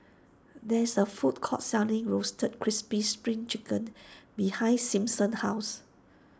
there is a food court selling Roasted Crispy Spring Chicken behind Simpson's house